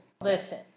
listen